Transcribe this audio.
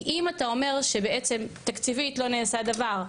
כי אם אתה אומר שבעצם תקציבית לא נעשה דבר,